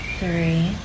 three